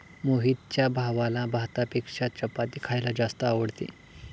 मोहितच्या भावाला भातापेक्षा चपाती खायला जास्त आवडते